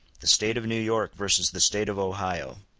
the state of new york versus the state of ohio,